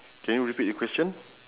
can you repeat your question